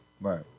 Right